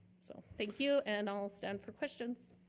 so thank you, and i'll stand for questions.